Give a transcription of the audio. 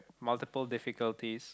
multiple difficulties